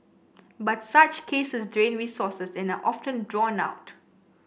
but such cases drain resources and are often drawn out